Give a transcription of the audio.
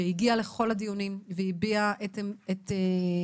שהגיע לכל הדיונים והביע את העמדות